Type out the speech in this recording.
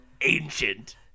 ancient